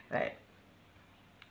right